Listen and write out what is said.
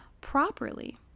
properly